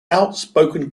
outspoken